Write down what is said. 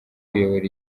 kuyobora